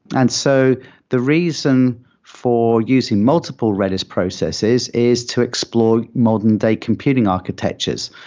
and so the reason for using multiple redis processes is to explore modern day computing architectures.